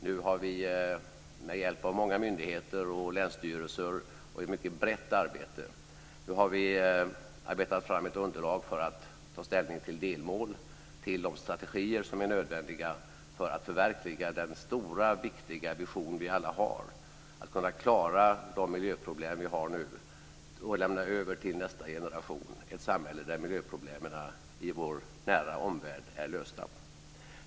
Nu har vi med hjälp av många myndigheter och länsstyrelser och genom ett mycket brett arbete tagit fram ett underlag för att ta ställning till delmål vad gäller de strategier som är nödvändiga för att förverkliga den stora viktiga vision vi alla har, dvs. att kunna klara de miljöproblem vi har nu och lämna över till nästa generation ett samhälle där miljöproblemen i vår nära omvärld är lösta.